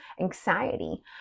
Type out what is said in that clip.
Anxiety